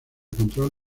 control